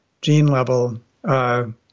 gene-level